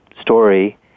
story